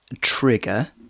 trigger